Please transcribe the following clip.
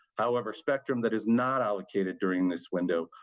however, spectrum that is not allocated during this window,